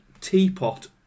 Teapot